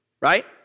right